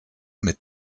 mit